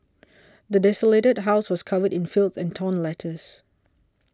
the desolated house was covered in filth and torn letters